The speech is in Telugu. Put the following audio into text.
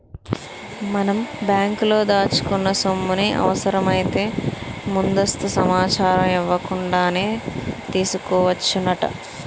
మనం బ్యాంకులో దాచుకున్న సొమ్ముని అవసరమైతే ముందస్తు సమాచారం ఇవ్వకుండానే తీసుకోవచ్చునట